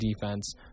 defense